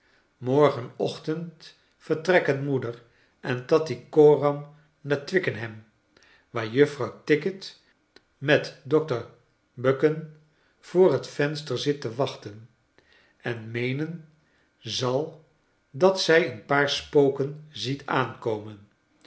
morgen ochtend vertrekken moeder en tattycoram naar twickenham waar juffrouw tickit met dokter buchan voor het venster zit te wachten en meenen zal dat zij een paar spoken ziet aankomen